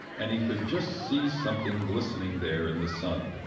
and he could just see something glistening there in the sun.